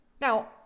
Now